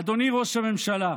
אדוני ראש הממשלה,